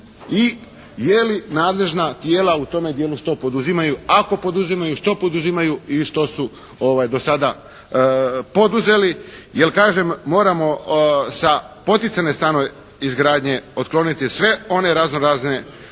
i je li nadležna tijela u tome dijelu šta poduzimaju, ako poduzimaju što poduzimaju i što su do sada poduzeli. Jer kažem, moramo sa poticajne stanogradnje otkloniti sve one razno razne